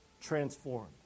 transformed